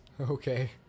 Okay